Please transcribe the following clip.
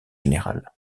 général